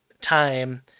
time